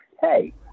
hey